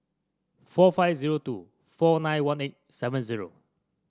four five zero two four nine one eight seven zero